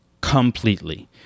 completely